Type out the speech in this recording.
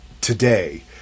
today